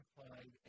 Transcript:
find